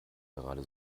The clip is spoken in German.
gerade